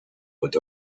but